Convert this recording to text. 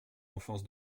enfance